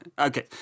Okay